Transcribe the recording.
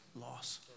loss